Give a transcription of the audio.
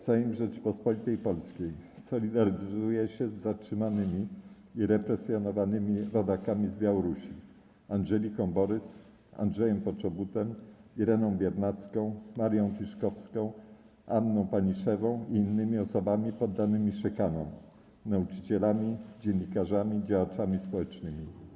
Sejm Rzeczypospolitej Polskiej solidaryzuje się z zatrzymanymi i represjonowanymi rodakami z Białorusi: Andżeliką Borys, Andrzejem Poczobutem, Ireną Biernacką, Marią Tiszkowską, Anną Paniszewą i innymi osobami poddanymi szykanom - nauczycielami, dziennikarzami, działaczami społecznymi.